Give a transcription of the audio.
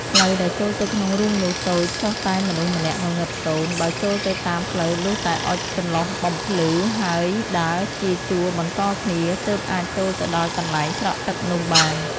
ផ្លូវ ដែលចូលទៅក្នុងរូងនោះតូចចុះតែមនុស្សម្នាក់ងងឹតសូន្យ, បើចូលទៅតាមផ្លូវលុះតែអុជចន្លុះបំភ្លឺ ហើយដើរ ជាជួរបន្តគ្នា ទើបអាចចូលទៅដល់កន្លែងស្រក់ទឹកនោះបាន ។